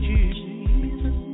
Jesus